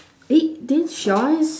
eh then shall I